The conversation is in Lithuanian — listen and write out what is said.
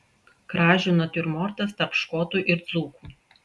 kražių natiurmortas tarp škotų ir dzūkų